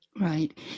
Right